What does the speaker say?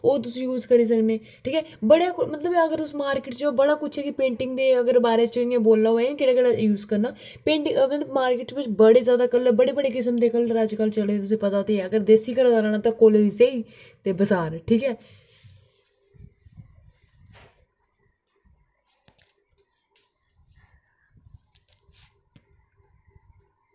ओह् तुस यूज करी सकने ठीक ऐ बडे़ मतलब अगर तुस मार्किट च बड़ा कुछ ऐ पैटिंग दे बारे च अगर इयां वोलो एह् केह्डा केह्ड़ा यूज करना मार्किट बिच बड़ी ज्यादा कलर बडी किस्म दे कलर अजकल चले दे तुसें गी पता ते अगर देसी घरै दा लाना ते कोलें दी स्याही बसार